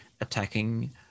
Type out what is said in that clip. attacking